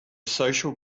social